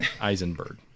Eisenberg